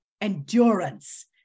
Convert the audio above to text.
endurance